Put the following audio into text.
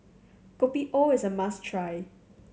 Kopi O is a must try